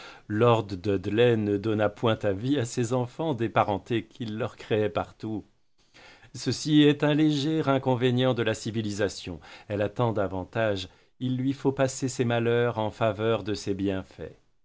lord dudley ne donna point avis à ses enfants des parentés qu'il leur créait partout ceci est un léger inconvénient de la civilisation elle a tant d'avantages il faut lui passer ses malheurs en faveur de ses bienfaits